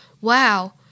Wow